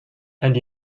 and